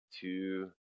two